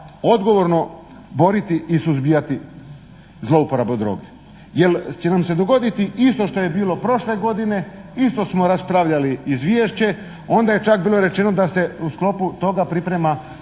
odgovorno boriti i suzbijati zlouporabe od droge jer će nam se dogoditi isto što je bilo prošle godine, isto smo raspravljali izvješće, onda je čak bilo rečeno da se u sklopu toga priprema